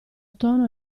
tono